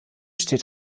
steht